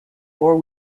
four